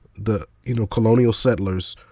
the you know colonial settlers,